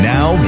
Now